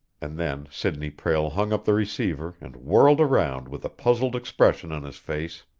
and then sidney prale hung up the receiver and whirled around with a puzzled expression on his face.